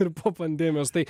ir po pandemijos tai